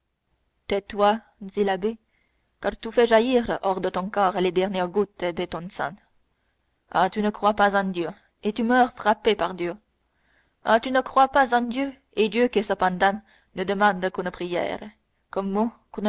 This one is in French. tais-toi dit l'abbé car tu fais jaillir hors de ton corps les dernières gouttes de ton sang ah tu ne crois pas en dieu et tu meurs frappé par dieu ah tu ne crois pas en dieu et dieu qui cependant ne demande qu'une prière